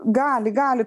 gali gali